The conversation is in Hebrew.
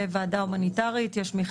קבע בזמנו